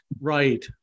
right